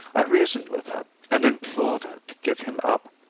i reasoned with her and implored her to give him up.